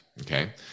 okay